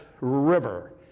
river